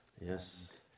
Yes